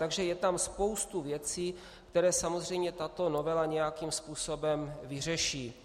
Takže je tam spousta věcí, které samozřejmě tato novela nějakým způsobem vyřeší.